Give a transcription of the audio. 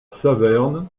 saverne